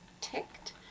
ticked